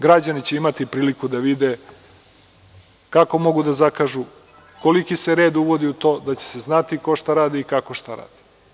Građani će imati priliku da vide kako mogu da zakažu, koliki se red uvodi u to, da će se znati ko šta radi i kako šta radi.